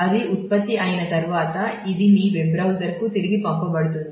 అది ఉత్పత్తి అయిన తర్వాత ఇది మీ వెబ్ బ్రౌజర్కు తిరిగి పంపబడుతుంది